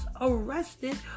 arrested